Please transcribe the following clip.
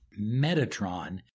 Metatron